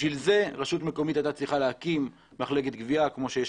בשביל זה רשות מקומית הייתה צריכה להקים מחלקת גבייה כמו שיש